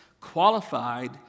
qualified